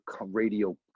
radio